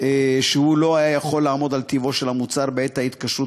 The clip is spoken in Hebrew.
שהוא לא היה יכול לעמוד על טיבו של המוצר בעת ההתקשרות